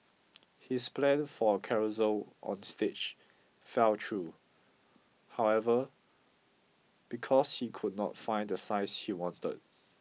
his plan for a carousel on stage fell through however because she could not find the size she wanted